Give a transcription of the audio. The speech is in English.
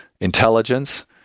intelligence